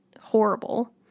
horrible